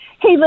Hey